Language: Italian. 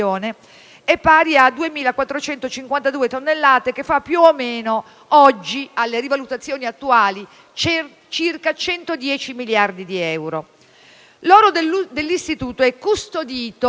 è pari a 2.452 tonnellate, che fa più o meno, alle rivalutazioni attuali, circa 110 miliardi di euro. L'oro dell'Istituto è custodito